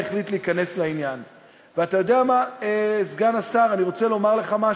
שאמור להגן על אזרח בכל